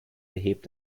behebt